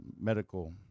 medical